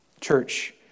Church